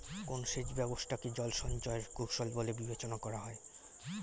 কোন সেচ ব্যবস্থা কে জল সঞ্চয় এর কৌশল বলে বিবেচনা করা হয়?